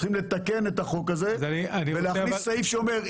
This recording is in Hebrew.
צריכים לתקן את החוק הזה ולהכניס סעיף שאומר,